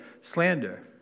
slander